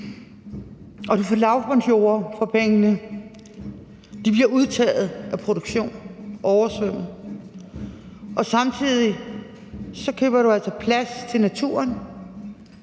og du får lavbundsjorder for pengene. De bliver udtaget af produktion og oversvømmet, og samtidig køber du altså plads til naturen